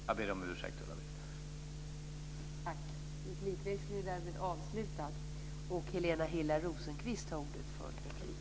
Jag ber om ursäkt, Ulla-Britt Hagström.